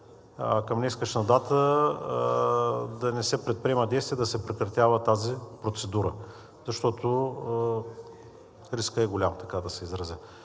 към днешна дата да не се предприема действие да се прекратява тази процедура, защото рискът е голям, така да се изразя.